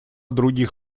других